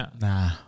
Nah